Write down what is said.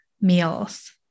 meals